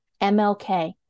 MLK